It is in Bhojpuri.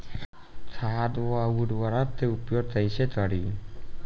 खाद व उर्वरक के उपयोग कइसे करी?